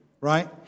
right